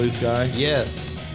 Yes